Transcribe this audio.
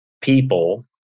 people